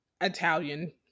Italian